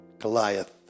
Goliath